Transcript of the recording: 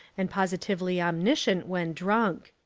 and positively omniscient when drunk.